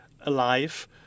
alive